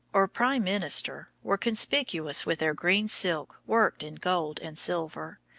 or prime minister, were conspicuous with their green silk worked in gold and silver,